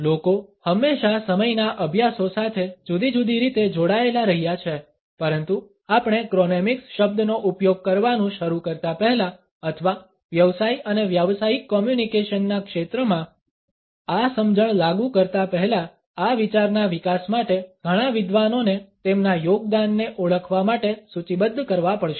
લોકો હંમેશા સમયના અભ્યાસો સાથે જુદી જુદી રીતે જોડાયેલા રહ્યા છે પરંતુ આપણે ક્રોનેમિક્સ શબ્દનો ઉપયોગ કરવાનું શરૂ કરતા પહેલા અથવા વ્યવસાય અને વ્યાવસાયિક કોમ્યુનિકેશનના ક્ષેત્રમાં આ સમજણ લાગુ કરતા પહેલા આ વિચારના વિકાસ માટે ઘણા વિદ્વાનોને તેમના યોગદાનને ઓળખવા માટે સૂચિબદ્ધ કરવા પડશે